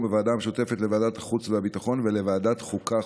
בוועדה המשותפת לוועדת החוץ והביטחון ולוועדת החוקה,